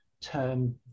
term